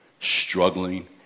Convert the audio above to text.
struggling